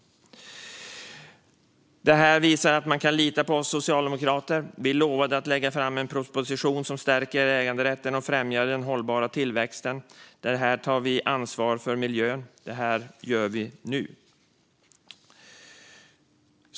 Detta visar att man kan lita på oss socialdemokrater. Vi lovade att lägga fram en proposition som stärker äganderätten och främjar den hållbara tillväxten. Här tar vi ansvar för miljön. Det här gör vi nu.